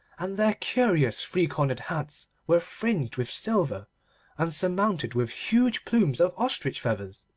and their curious three-cornered hats were fringed with silver and surmounted with huge plumes of ostrich feathers,